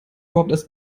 überhaupt